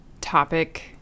topic